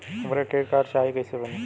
हमके credit card चाही कैसे बनी?